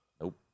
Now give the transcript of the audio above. Nope